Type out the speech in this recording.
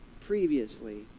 previously